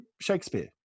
Shakespeare